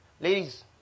ladies